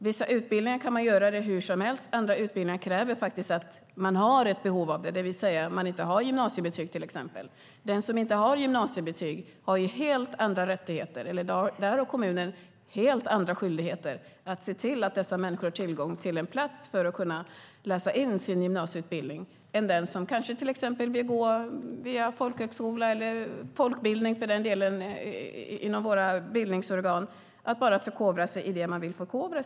Vissa utbildningar kan man göra det hur som helst, andra utbildningar kräver att man har ett behov av det, till exempel om man inte har gymnasiebetyg. Den som inte har gymnasiebetyg har helt andra rättigheter än den som till exempel via folkhögskola eller för den delen folkbildning inom våra bildningsorgan bara vill förkovra sig i det man är intresserad av att förkovra sig i. Rättare sagt har kommunen helt andra skyldigheter att se till att människor har tillgång till en plats för att kunna läsa in en gymnasieutbildning.